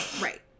Right